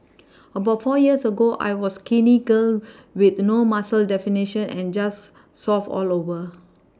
about four years ago I was skinny girl with no muscle definition and just soft all over